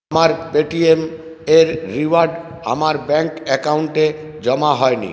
আমার পেটিএম এর রিওয়ার্ড আমার ব্যাঙ্ক অ্যাকাউন্টে জমা হয়নি